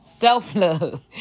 Self-love